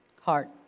heart